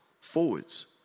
forwards